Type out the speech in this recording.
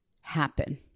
happen